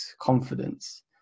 confidence